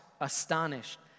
astonished